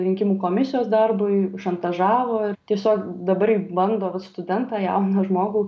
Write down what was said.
rinkimų komisijos darbui šantažavo tiesiog dabar jį bando studentą jauną žmogų